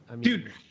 Dude